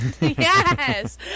Yes